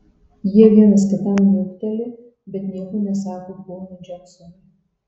jie vienas kitam niukteli bet nieko nesako ponui džeksonui